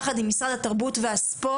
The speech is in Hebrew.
יחד עם משרד התרבות והספורט,